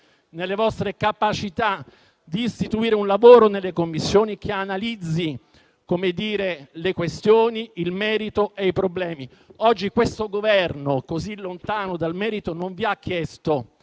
nelle vostre capacità di istruire un lavoro nelle Commissioni che analizzi le questioni, il merito e i problemi. Oggi questo Governo così lontano dal merito non vi ha chiesto